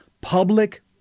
Public